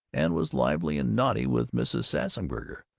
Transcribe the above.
and was lively and naughty with mrs. sassburger,